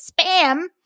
Spam